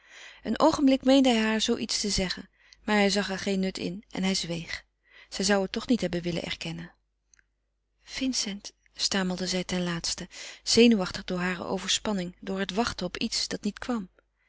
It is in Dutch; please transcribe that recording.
een oogenblik meende hij haar zoo iets te zeggen maar hij zag er geen nut in en hij zweeg zij zou het toch niet hebben willen erkennen vincent stamelde zij ten laatste zenuwachtig door hare overspanning door het wachten op iets dat niet kwam